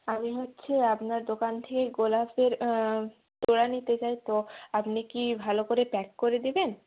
আমি হচ্ছে আপনার দোকান থেকে গোলাপের তোড়া নিতে চাই তো আপনি কি ভালো করে প্যাক করে দেবেন